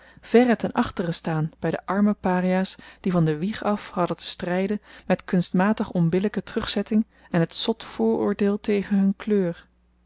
alleen verre ten achteren staan by de arme pariah's die van de wieg af hadden te stryden met kunstmatig onbillyke terugzetting en t zot vooroordeel tegen hun kleur